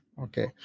Okay